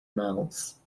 mouths